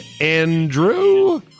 andrew